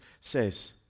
says